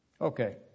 Okay